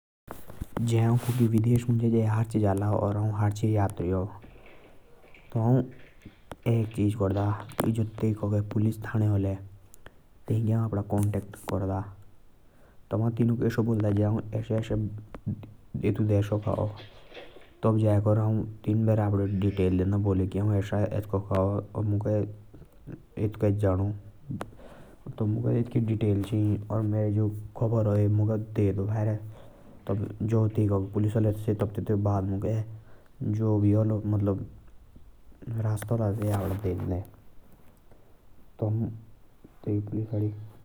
जा हौण अपने लड़की का बबा हांडा। ता है अपने लड़की बाईक चलाना सिखौंदा त। कि ब्रेक का हो। कलुच का हा।